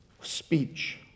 speech